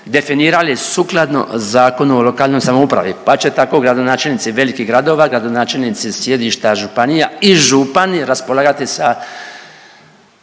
definirali sukladno Zakonu o lokalnoj samoupravi. Pa će tako gradonačelnici velikih gradova, gradonačelnici sjedišta županija i župani raspolagati sa